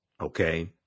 Okay